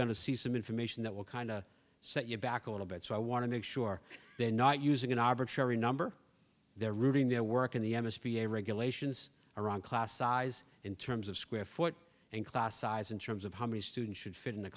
to see some information that will kind of set you back a little bit so i want to make sure they're not using an arbitrary number they're reading their work in the m s p a regulations around class size in terms of square foot and class size in terms of how many students should fit in